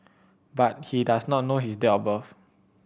but he does not know his date of birth